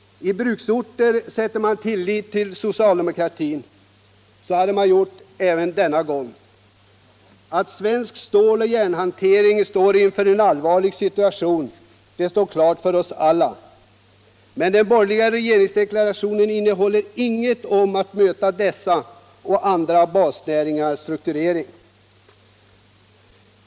I bruksorter sätter man tillit till socialdemokratin. Så gjorde man även denna gång. Att svensk ståloch järnhantering står inför en allvarlig situation — det står klart för oss alla. Men den borgerliga regeringsdeklarationen innehåller inget om att möta dessa och andra basnäringars struktursvårigheter.